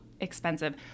expensive